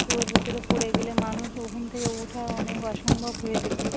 কুয়োর ভেতরে পড়ে গেলে মানুষ ওখান থেকে ওঠা অনেক অসম্ভব হয়ে যেত